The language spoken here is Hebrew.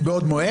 מבעוד מועד.